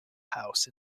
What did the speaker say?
house